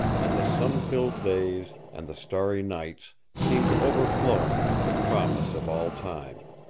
and the sun-filled days and the starry nights seemed overflowing with the promise of all time.